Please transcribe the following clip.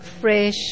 fresh